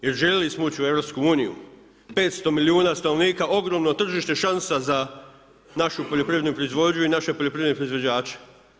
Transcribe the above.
Jer željeli smo ući u EU, 500 milijuna stanovnika, ogromno tržište, šansa za našu poljoprivrednu proizvodnju i naše poljoprivredne proizvođače.